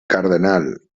cardenal